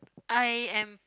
I am